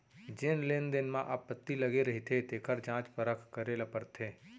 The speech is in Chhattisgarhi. जेन लेन देन म आपत्ति लगे रहिथे तेखर जांच परख करे ल परथे